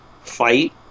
fight